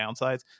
downsides